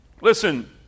listen